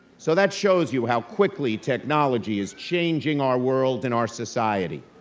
so that shows you how quickly technology is changing our world and our society.